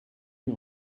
une